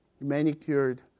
manicured